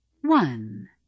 One